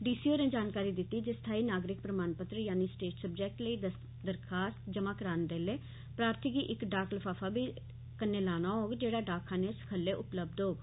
D C होरें जानकारी दित्ती जे स्थाई नागरिक प्रमाण पत्र यानि स्टेट सब्जेक्टर लेई दरखास्त जमा करांदे लै प्रार्थी गी इक डाक लफाफा बी कन्ने लाना होग जेड़ा डाकखाने च सखल्ले उपलब्ध होग